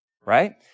right